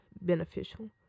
beneficial